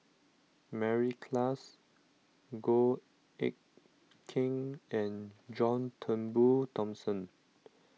Mary Klass Goh Eck Kheng and John Turnbull Thomson